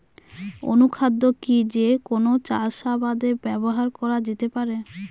অনুখাদ্য কি যে কোন চাষাবাদে ব্যবহার করা যেতে পারে?